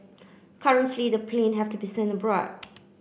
currently the plane have to be sent abroad